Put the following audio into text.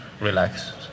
relax